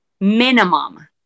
minimum